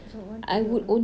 don't want to learn